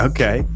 Okay